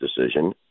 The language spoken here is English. decision